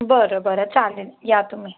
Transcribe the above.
बरं बरं चालेल या तुम्ही